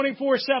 24-7